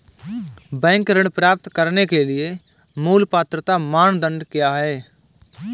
Bank ऋण प्राप्त करने के लिए मूल पात्रता मानदंड क्या हैं?